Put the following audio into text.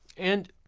and